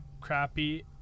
crappy